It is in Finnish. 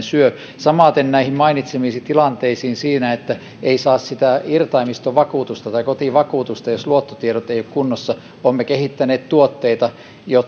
syy samaten näihin mainitsemiisi tilanteisiin ettei saa sitä irtaimistovakuutusta tai kotivakuutusta jos luottotiedot eivät ole kunnossa olemme kehittäneet tuotteita